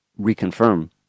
reconfirm